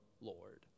Lord